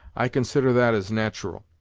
i consider that as nat'ral.